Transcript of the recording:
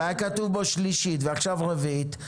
והיה כתוב בו שלישית ועכשיו רביעית,